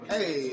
Hey